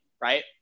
right